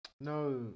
No